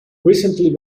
recently